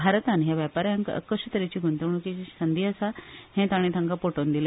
भारतान ह्या व्यापाऱ्यांक कशा तरेची गुंतवणुकीची संधी आसा हे ताणी तांका पटोवन दिले